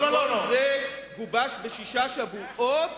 וכל זה גובש בשישה שבועות,